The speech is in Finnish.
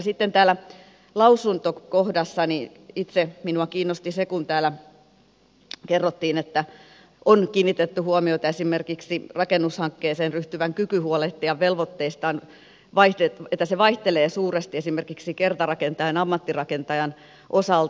sitten täällä lausuntokohdassa minua itseäni kiinnosti se kun täällä kerrottiin että on kiinnitetty huomiota esimerkiksi siihen että rakennushankkeeseen ryhtyvän kyky huolehtia velvoitteistaan vaihtelee suuresti esimerkiksi kertarakentajan ja ammattirakentajan osalta